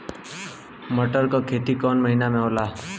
मटर क खेती कवन महिना मे होला?